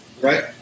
right